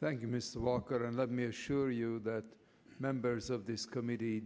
thank you mr walker and let me assure you that members of this committee